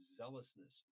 zealousness